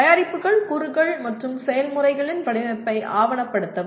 தயாரிப்புகள் கூறுகள் மற்றும் செயல்முறைகளின் வடிவமைப்பை ஆவணப்படுத்தவும்